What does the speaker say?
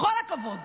בכל הכבוד.